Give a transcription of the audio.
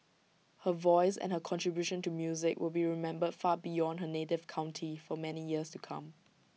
her voice and her contribution to music will be remembered far beyond her native county for many years to come